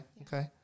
okay